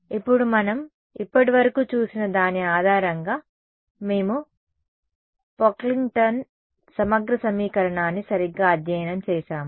ఇప్పుడు మనం ఇప్పటివరకు చూసిన దాని ఆధారంగా మేము పాక్లింగ్టన్ సమగ్ర సమీకరణాన్ని సరిగ్గా అధ్యయనం చేసాము